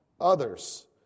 others